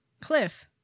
Cliff